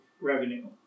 revenue